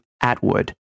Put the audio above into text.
Atwood